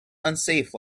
unsafe